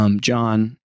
John